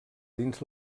dins